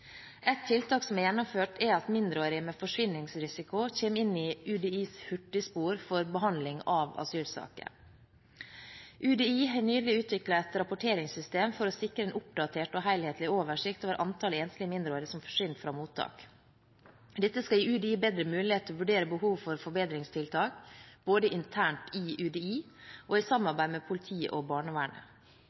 tiltak som er gjennomført, er at mindreårige med forsvinningsrisiko kommer inn i UDIs hurtigspor for behandling av asylsaker. UDI har nylig utviklet et rapporteringssystem for å sikre en oppdatert og helhetlig oversikt over antallet enslige mindreårige som forsvinner fra mottak. Dette skal gi UDI bedre mulighet til å vurdere behov for forbedringstiltak både internt i UDI og i samarbeid med politiet og barnevernet.